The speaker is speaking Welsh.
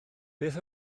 beth